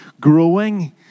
growing